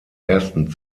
ersten